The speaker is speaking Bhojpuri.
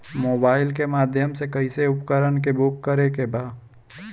मोबाइल के माध्यम से कैसे उपकरण के बुक करेके बा?